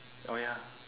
oh ya